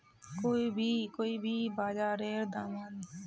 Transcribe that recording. कोई भी बाजारेर दामत बदलाव ई जोखिमक दर्शाछेक